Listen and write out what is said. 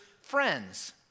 friends